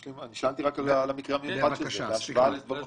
שאלתי על המקרה המיוחד של זה בהשוואה לדברים אחרים.